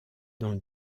dans